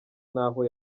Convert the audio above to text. naho